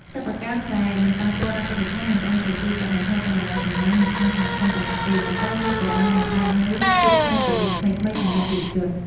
សិប្បកម្មដែលមិនប៉ះពាល់ដល់បរិស្ថានមិនត្រឹមតែជួយកាត់បន្ថយបរិមាណសំរាមនៅក្នុងសហគមន៍ប៉ុណ្ណោះទេ ប៉ុន្តែ វាក៏បានបង្កើតនូវភាពច្នៃប្រឌិតថ្មីៗសម្រាប់យុវជន។